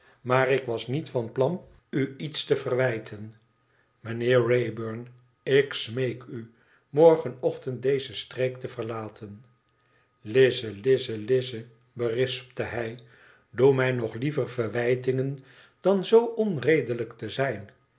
maar ik was niet van plan u iets te verwijten mijnheer wraybum ik smeek u morgenochtend deze streek te verlaten lize lize lize berispte hij doe mij nog liever verwijtingen dan zoo onredelijk te zijn